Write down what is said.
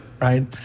right